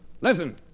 listen